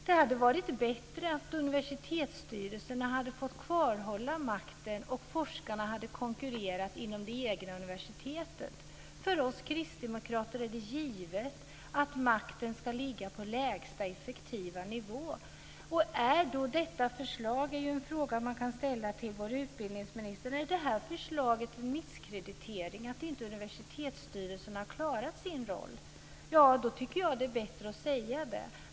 Det hade varit bättre att universitetsstyrelserna hade fått kvarhålla makten och att forskarna hade fått konkurrera inom det egna universitetet. För oss kristdemokrater är det givet att makten ska ligga på lägsta effektiva nivå. Är då detta förslag - det är en fråga som man kan ställa till vår utbildningsminister - en misskreditering, ett sätt att säga att universitetsstyrelserna inte har klarat sin roll? I så fall tycker jag att det är bättre att säga det.